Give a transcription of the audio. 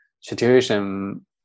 situation